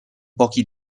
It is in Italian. pochi